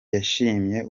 yashimye